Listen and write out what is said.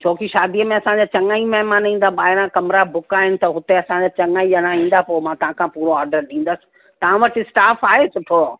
छो की शादीअ में असांजा चङा ई महिमान ईंदा ॿाहिरां कमिरा बुक आहिनि त उते असांजा चङा ई ॼणा ईंदा पोइ मां तव्हां खां पूरो आर्डर ॾींदसि तव्हां वटि स्टाफ़ आहे सुठो